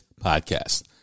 podcast